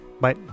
Bye